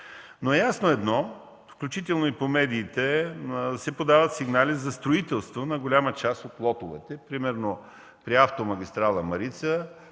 Ясно е, включително и по медиите се подават сигнали за строителство на голяма част от лотовете. Примерно при автомагистрала „Марица”